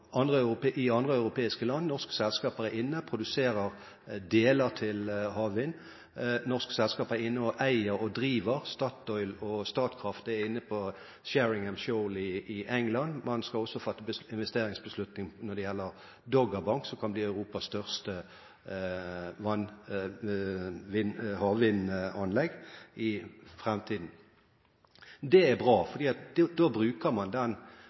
i andre europeiske land. Norske selskaper er inne og produserer deler til havvind. Norske selskaper er inne og eier og driver – Statoil og Statkraft er inne på Sheringham Shoal i England. Man skal også fatte investeringsbeslutning når det gjelder Doggerbank, som kan blir Europas største havvindanlegg i framtiden. Det er bra, for da bruker man den